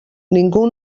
ningú